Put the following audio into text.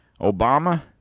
Obama